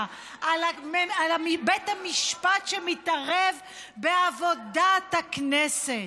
על בית המשפט שמתערב בעבודת הכנסת.